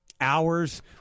hours